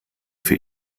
für